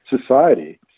society